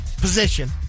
position